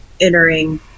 entering